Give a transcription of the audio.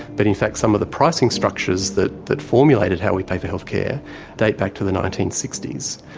but in fact some of the pricing structures that that formulated how we pay for healthcare date back to the nineteen sixty s.